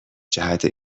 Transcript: جهت